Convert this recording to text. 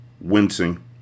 wincing